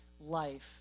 life